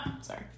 Sorry